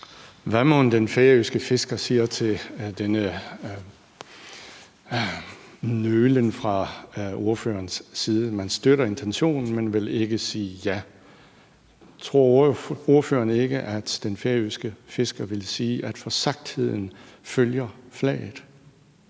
Hvad mon den færøske fisker siger til denne nølen fra ordførerens side? Man støtter intentionen, men vil ikke sige ja. Tror ordføreren ikke, at den færøske fisker vil sige, at forsagtheden følger flaget?